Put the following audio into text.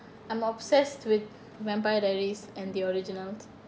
I'm obsessed with vampire diaries and the originals